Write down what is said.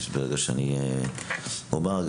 אני לא אומר את שמו,